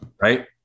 Right